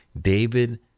David